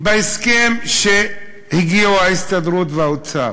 ההסכם שהגיעו אליו ההסתדרות והאוצר,